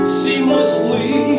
seamlessly